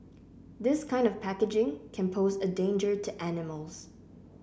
this kind of packaging can pose a danger to animals